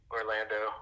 Orlando